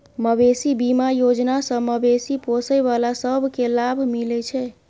मबेशी बीमा योजना सँ मबेशी पोसय बला सब केँ लाभ मिलइ छै